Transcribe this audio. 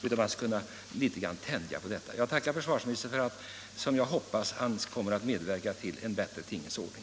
Man skulle vilja tänja på detta. Jag tackar försvarsministern för att han, såsom jag vill hoppas, kommer att medverka till en bättre ordning.